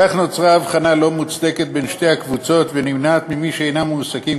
כך נוצרה הבחנה לא מוצדקת בין שתי הקבוצות ונמנעת ממי שאינם מועסקים